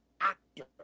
actor